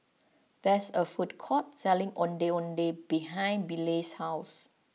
there is a food court selling Ondeh Ondeh behind Bilal's house